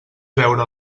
veure